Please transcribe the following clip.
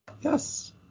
Yes